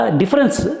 difference